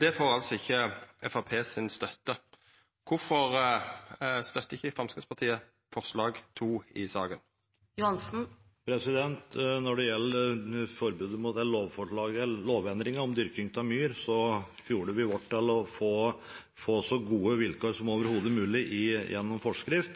Det får altså ikkje støtte frå Framstegspartiet. Kvifor støttar ikkje Framstegspartiet forslag nr. 2 i saka? Når det gjelder lovendringen om dyrking av myr, gjorde vi vårt til å få så gode vilkår som overhodet mulig gjennom forskrift,